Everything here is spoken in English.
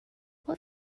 what